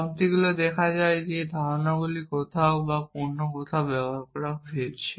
সবগুলি দেখা যায় ধারণাগুলি কোথাও বা অন্য কোথাও ব্যবহার করা হয়েছে